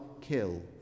kill